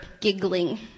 giggling